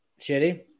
shitty